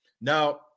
Now